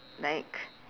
like